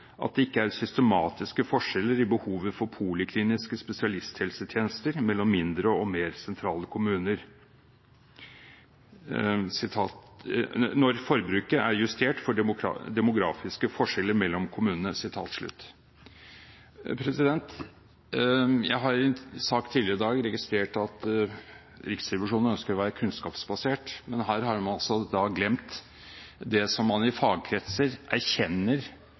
at det ikke er systematiske forskjeller i behovet for polikliniske spesialisthelsetjenester mellom mindre og mer sentrale kommuner, eller mellom helseforetak, når forbruket er justert for demografiske forskjeller mellom kommunene.» Jeg har i en sak tidligere i dag registrert at Riksrevisjonen ønsker å være kunnskapsbasert, men her har man altså glemt det som man i fagkretser erkjenner